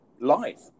life